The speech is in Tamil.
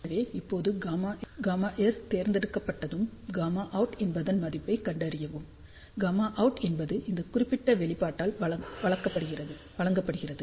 எனவே இப்போது Γs தேர்ந்தெடுக்கப்பட்டதும் Γout என்பதன் மதிப்பைக் கண்டறியவும் Γout என்பது இந்த குறிப்பிட்ட வெளிப்பாட்டால் வழங்கப்படுகிறது